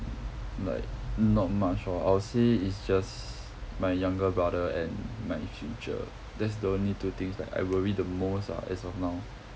like not much lor I would say is just my younger brother and my future that's the only two things that I worry the most ah as of now